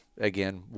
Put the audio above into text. again